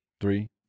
Three